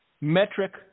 metric